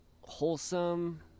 wholesome